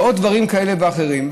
ועוד דברים כאלה ואחרים.